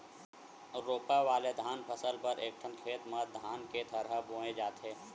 रोपा वाले धान फसल बर एकठन खेत म धान के थरहा बोए जाथे